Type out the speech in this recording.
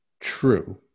true